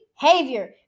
behavior